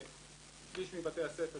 שליש מבתי הספר,